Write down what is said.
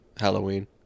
Halloween